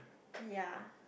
ya